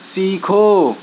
سیکھو